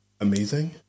amazing